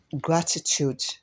gratitude